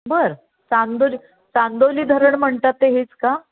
बरं चांदोली चांदोली धरण म्हणतात ते हेच का